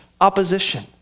opposition